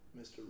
Mr